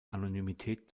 anonymität